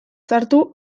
sartu